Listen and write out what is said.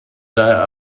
daher